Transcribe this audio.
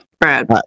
Brad